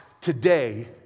today